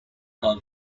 are